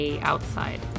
outside